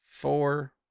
Four